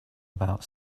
about